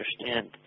understand